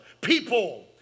people